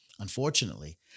Unfortunately